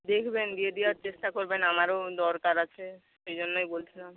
দেখবেন দিয়ে দেওয়ার চেষ্টা করবেন আমারও দরকার আছে সেই জন্যই বলছিলাম